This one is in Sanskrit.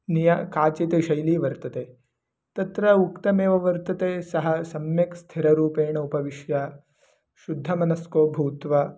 नियमः काचित् शैली वर्तते तत्र उक्तमेव वर्तते सः सम्यक् स्थिररूपेण उपविश्य शुद्धमनस्को भूत्वा